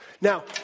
Now